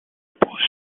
post